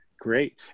Great